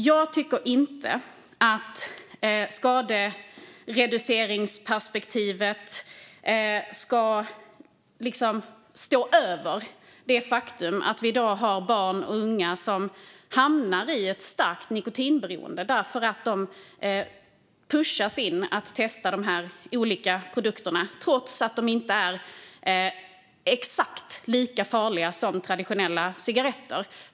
Jag tycker inte att skadereduceringsperspektivet ska stå över när det är ett faktum att vi i dag har barn och unga som hamnar i ett starkt nikotinberoende därför att de pushas in i att testa de här olika produkterna. Det gäller trots att de inte är exakt lika farliga som traditionella cigaretter.